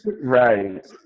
Right